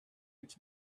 its